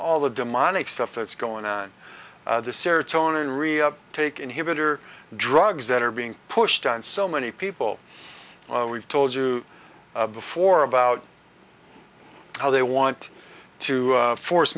all the demonic stuff that's going on the sarah tone and really take inhibitor drugs that are being pushed on so many people we've told you before about how they want to force